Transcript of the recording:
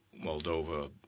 Moldova